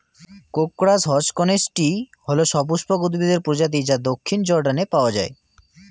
crocus হসকনেইচটি হল সপুষ্পক উদ্ভিদের প্রজাতি যা দক্ষিণ জর্ডানে পাওয়া য়ায়